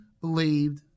believed